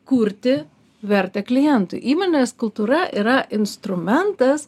kurti vertę klientui įmonės kultūra yra instrumentas